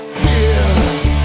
fears